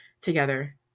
together